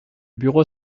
bureau